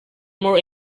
more